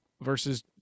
versus